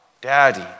Daddy